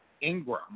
Ingram